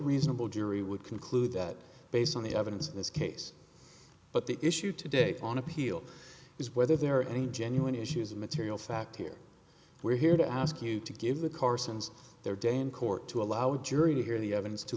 reasonable jury would conclude that based on the evidence in this case but the issue today on appeal is whether there are any genuine issues of material fact here we're here to ask you to give it carson's their day in court to allow the jury to hear the evidence to